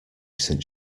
since